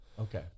okay